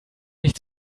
nicht